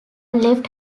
left